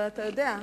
אבל אתה יודע,